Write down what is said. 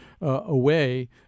away